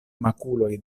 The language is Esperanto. makuloj